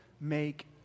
make